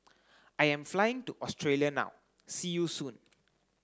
I am flying to Australia now see you soon